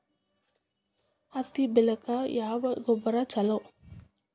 ಹತ್ತಿ ಬೆಳಿಗ ಯಾವ ಗೊಬ್ಬರ ಛಲೋ?